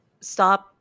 Stop